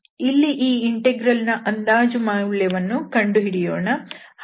ಇಲ್ಲಿ ಈ ಇಂಟೆಗ್ರಲ್ ನ ಅಂದಾಜು ಮೌಲ್ಯವನ್ನು ಕಂಡುಹಿಡಿಯೋಣ